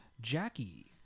Jackie